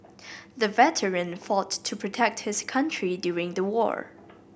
the veteran fought to protect his country during the war